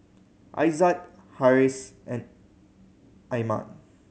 Aizat Harris and Iman